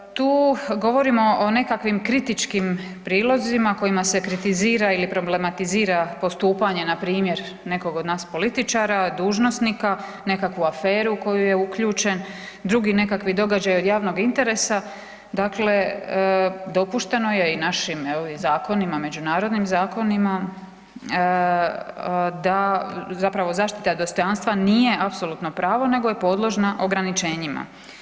Tu govorimo o nekakvim kritičkim prilozima kojima se kritizira ili problematizira postupanje npr. nekog od nas političara, dužnosnika, u nekakvu aferu u koju je uključen, drugi nekakvi događaji od javnog interesa, dakle dopušteno je i našim zakonima, međunarodnim zakonima da zapravo zaštita dostojanstva nije apsolutno pravo nego je podložno ograničenjima.